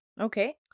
Okay